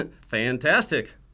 Fantastic